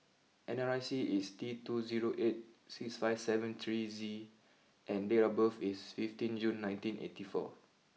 N R I C is T two zero eight six five seven three Z and date of birth is fifteen June nineteen eighty four